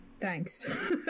Thanks